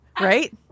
Right